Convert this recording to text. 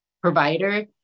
provider